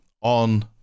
on